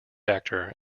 actor